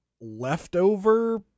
leftover